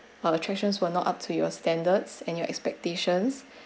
our attractions were not up to your standards and your expectations